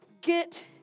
get